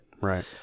right